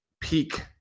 peak